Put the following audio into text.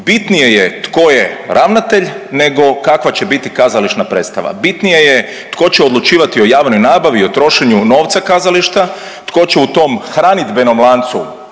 bitnije je tko je ravnatelj nego kakav će biti kazališna predstava. Bitnije je tko će odlučivati o javnoj nabavi i o trošenju novca kazališta, tko će u tom hranidbenom lancu